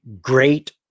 great